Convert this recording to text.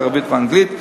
ערבית ואנגלית,